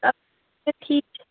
اَدٕ حظ ٹھیٖک چھُ